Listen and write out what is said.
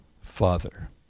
Father